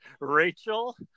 Rachel